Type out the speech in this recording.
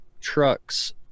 trucks